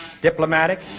diplomatic